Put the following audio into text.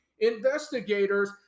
investigators